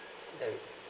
that will